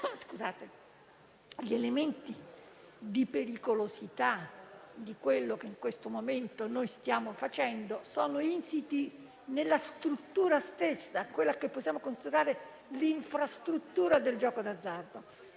gli elementi di pericolosità di quello che in questo momento stiamo facendo sono insiti nella struttura stessa, quella che possiamo considerare l'infrastruttura del gioco d'azzardo.